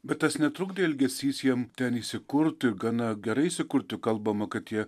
bet tas netrukdė elgesys jiem ten įsikurti gana gerai įsikurti kalbama kad jie